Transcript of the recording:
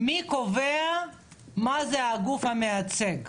מי קובע מה זה הגוף המייצג?